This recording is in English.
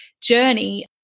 journey